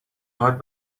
هات